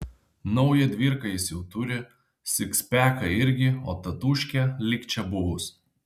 naują dvyrką jis jau turi sikspeką irgi o tatūškė lyg čia buvus